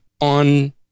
on